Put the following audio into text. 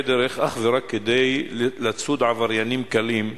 דרך אך ורק כדי לצוד עבריינים קלים,